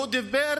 הוא דיבר